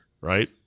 right